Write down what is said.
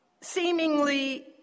seemingly